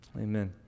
Amen